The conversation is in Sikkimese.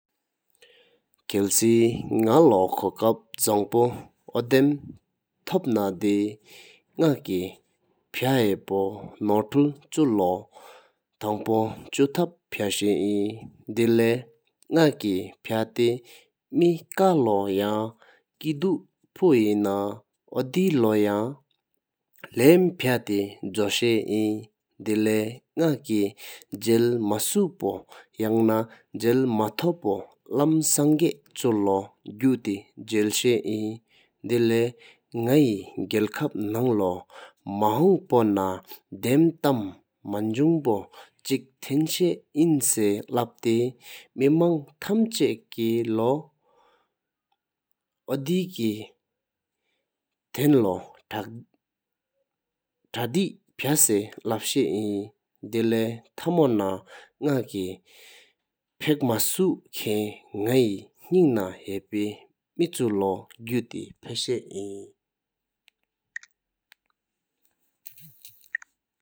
ཁལ་སེ་ནག་ལོ་ཁོ་ཀླུ་གཟང་པོ་འདམ་ཐོབ་ན་དེ་ནག་ཀེ་ཕ་ཧ་པོ་ནོར་ཐུལ་བཅུ་ལོ་ཐང་པོ་བཅུ་ཐབ་ཕ་ཤའིན། དེ་པ་ནག་ཀེ་ཕ་པ་མེ་ཀ་ལོ་ཡང་ཀེ་འདུ་པ་དུའེ་མ་འོ་དེ་ལོ་ཡང་ལམ་ཕ་དེ་ཇོ་ཤའིན། དེ་པ་ནག་ཀེ་ཇེལ་མ་སུ་པོ་ཡང་ན་ཇེལ་མ་ཐོབ་པའེ་ལམ་སངས་པད་བཅུ་ལོ་གུ་དེ་ཇེལ་ཤའིན། དེ་པ་ནག་ཀེ་གཡལ་ཁབ་ནང་ལོ་མ་ཧོང་པོ་རྣ་འདམ་ཐམ་མགུགས་པོ་ཅིག་ཐོུན་ཤའིན་སེ་ལབ་དེ་མེ་དོང་ཐམ་འཆར་ལོ་འོ་དེ་ཀེ་ཐུན་ལོ་ཐུམ་ཕ་སེ་ལབ་ཤའིན། དེ་ཚག་མོ་རྣ་ན་ནག་ཀེ་ཕག་མ་སུ་ཁན་ན་ནག་ཀེ་ནིང་ནང་འགོམ་མེ་བཅུ་ལོ་གུ་ཐུམ་ཕ་ཤའིན།